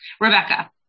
Rebecca